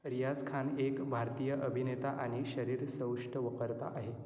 रियाझ खान एक भारतीय अभिनेता आणि शरीरसौष्ठवकर्ता आहे